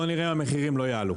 בואו נראה אם המחירים לא יעלו.